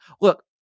look